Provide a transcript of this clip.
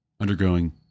undergoing